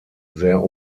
sehr